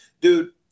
dude